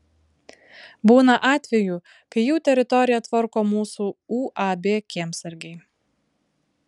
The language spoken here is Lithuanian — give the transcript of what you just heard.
būna atvejų kai jų teritoriją tvarko mūsų uab kiemsargiai